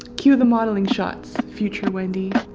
cue the modeling shots future wendy